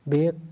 Biết